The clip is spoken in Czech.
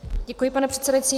Děkuji, pane předsedající.